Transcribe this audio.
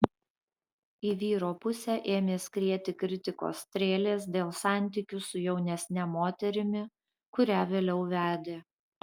į vyro pusę ėmė skrieti kritikos strėlės dėl santykių su jaunesne moterimi kurią vėliau vedė